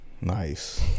nice